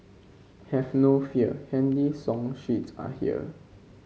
have no fear handy song sheets are here